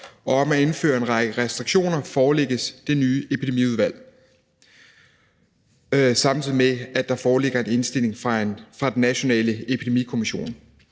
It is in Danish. om at indføre en række restriktioner forelægges det nye Epidemiudvalg, samtidig med at der foreligger en indstilling fra den nationale Epidemikommission.